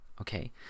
Okay